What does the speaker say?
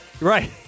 Right